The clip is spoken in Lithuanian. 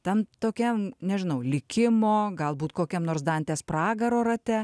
tam tokiam nežinau likimo galbūt kokiam nors dantės pragaro rate